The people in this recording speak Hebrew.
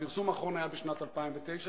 הפרסום האחרון היה בשנת 2009,